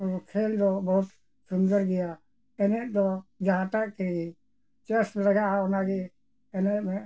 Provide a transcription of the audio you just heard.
ᱠᱷᱮᱞ ᱫᱚ ᱵᱚᱦᱩᱛ ᱥᱩᱱᱫᱚᱨ ᱜᱮᱭᱟ ᱮᱱᱮᱡ ᱫᱚ ᱡᱟᱦᱟᱸᱴᱟᱜ ᱠᱮ ᱪᱚᱭᱮᱥ ᱨᱮ ᱞᱟᱜᱟᱜᱼᱟ ᱚᱱᱟᱜᱮ ᱮᱱᱮᱡ